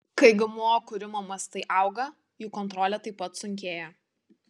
kai gmo kūrimo mastai auga jų kontrolė taip pat sunkėja